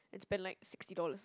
it's spent like sixty dollars